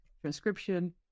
transcription